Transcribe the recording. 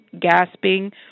gasping